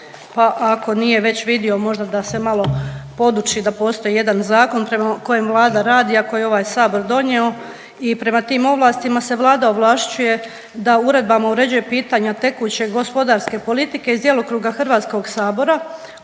pa ako već nije vidio možda da se malo poduči da postoji jedan zakon prema kojem Vlada radi, a koji je ovaj Sabor donio i prema tim ovlastima se Vlada ovlašćuje da uredbama uređuje pitanja tekuće gospodarske politike iz djelokruga HS-a, osim